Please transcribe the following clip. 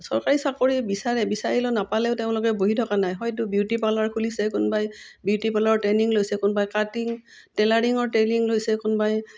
চৰকাৰী চাকৰি বিচাৰে বিচাৰিলেও নাপালেও তেওঁলোকে বহি থকা নাই হয়তো বিউটি পাৰ্লাৰ খুলিছে কোনোবাই বিউটি পাৰ্লাৰৰ ট্ৰেইনিং লৈছে কোনোবাই কাটিং টেইলাৰিঙৰ ট্ৰেইনিং লৈছে কোনোবাই